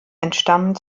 entstammen